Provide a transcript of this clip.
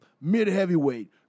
Mid-Heavyweight